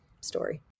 story